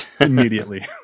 immediately